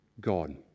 God